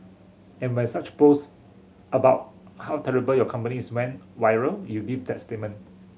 and when such post about how terrible your company is went viral you gave that statement